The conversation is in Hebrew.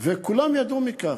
וכולם ידעו מכך,